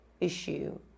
issue